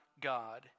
God